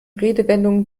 redewendungen